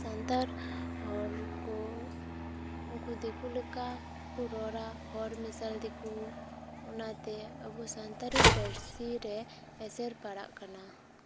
ᱥᱟᱱᱛᱟᱲ ᱦᱚᱲ ᱠᱚ ᱩᱱᱠᱩ ᱫᱤᱠᱩ ᱞᱮᱠᱟ ᱠᱚ ᱨᱚᱲᱟ ᱦᱚᱲ ᱢᱮᱥᱟᱞ ᱫᱤᱠᱩ ᱚᱱᱟᱛᱮ ᱟᱵᱚ ᱥᱟᱱᱛᱟᱲᱤ ᱯᱟᱹᱨᱥᱤ ᱨᱮ ᱮᱥᱮᱨ ᱯᱟᱲᱟᱜ ᱠᱟᱱᱟ